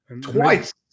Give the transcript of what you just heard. Twice